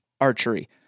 archery